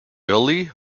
early